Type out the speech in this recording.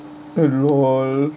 oh LOL